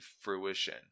fruition